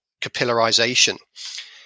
capillarization